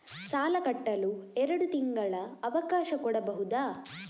ಸಾಲ ಕಟ್ಟಲು ಎರಡು ತಿಂಗಳ ಅವಕಾಶ ಕೊಡಬಹುದಾ?